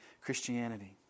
Christianity